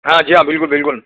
ہاں جی ہاں بالکل بالکل